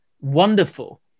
wonderful